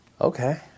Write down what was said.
okay